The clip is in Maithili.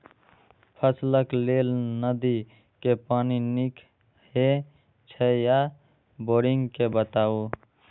फसलक लेल नदी के पानी नीक हे छै या बोरिंग के बताऊ?